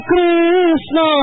Krishna